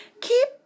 Keep